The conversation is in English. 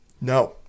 No